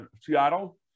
Seattle